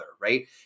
right